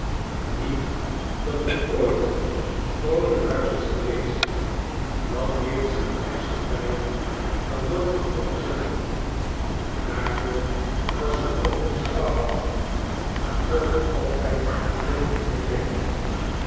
niet dat het ooit een vroolijk huis is geweest dat heeft zijn ergste vijand er nooit van kunnen zeggen en daarvoor was het ook niet gebouwd maar toch altijd heel indrukwekkend